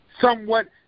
somewhat